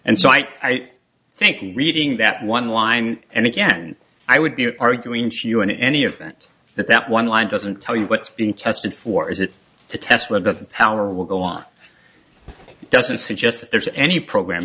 and so i think i'm reading that one line and again i would be arguing to you in any event that that one line doesn't tell you what's being tested for is it a test where the power will go off it doesn't suggest that there's any program